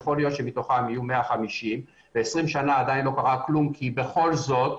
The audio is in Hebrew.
שיכול להיות שמתוכם יהיו 150 ו-20 שנה עדיין לא קרה כלום כי בכל זאת,